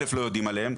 א' לא יודעים עליהם,